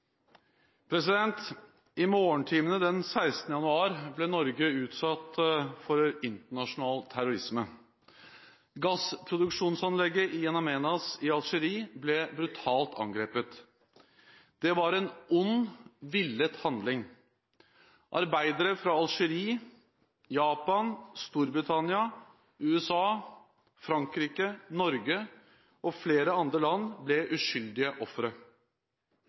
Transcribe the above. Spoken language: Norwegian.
morgentimene den 16. januar ble Norge utsatt for internasjonal terrorisme. Gassproduksjonsanlegget i In Amenas i Algerie ble brutalt angrepet. Det var en ond, villet handling. Arbeidere fra Algerie, Japan, Storbritannia, USA, Frankrike, Norge og flere andre land ble uskyldige ofre.